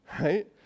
right